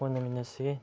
ꯍꯣꯠꯅꯃꯤꯟꯅꯁꯤ